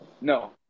No